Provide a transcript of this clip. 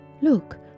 look